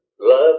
love